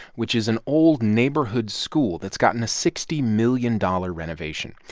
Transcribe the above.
which is an old neighborhood school that's gotten a sixty million dollars renovation.